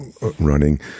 running